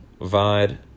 vide